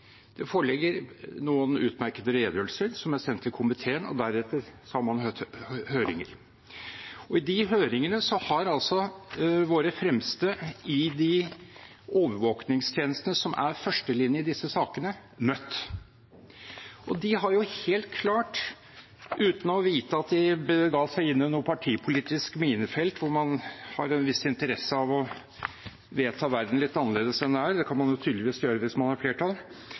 Det foreligger noen utmerkede redegjørelser som er sendt til komiteen, og deretter har man hatt høringer. I de høringene har våre fremste i de overvåkningstjenestene som er førstelinje i disse sakene, møtt. Uten å vite at de bega seg inn i noe partipolitisk minefelt hvor man har en viss interesse av å vedta verden litt annerledes enn den er – det kan man jo tydeligvis gjøre hvis man har flertall